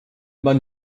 man